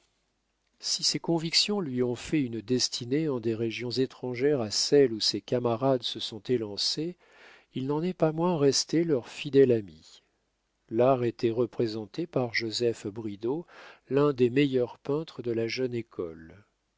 si ses convictions lui ont fait une destinée en des régions étrangères à celles où ses camarades se sont élancés il n'en est pas moins resté leur fidèle ami l'art était représenté par joseph bridau l'un des meilleurs peintres de la jeune école